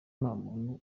ntamuntu